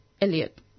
Eliot